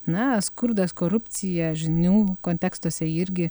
na skurdas korupcija žinių kontekstuose irgi